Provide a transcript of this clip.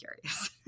curious